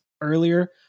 earlier